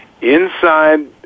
inside